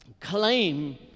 claim